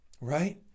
right